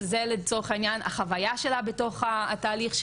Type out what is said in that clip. זו לצורך העניין החוויה שלה בתוך התהליך,